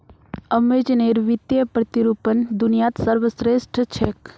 अमेज़नेर वित्तीय प्रतिरूपण दुनियात सर्वश्रेष्ठ छेक